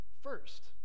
first